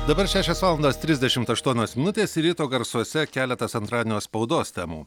dabar šešios valandos trisdešimt aštuonios minutės ir ryto garsuose keletas antradienio spaudos temų